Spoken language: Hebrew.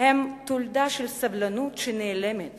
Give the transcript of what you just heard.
הם תולדה של סבלנות שנעלמת